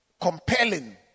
compelling